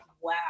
wow